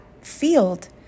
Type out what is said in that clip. field